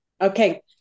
Okay